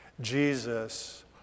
Jesus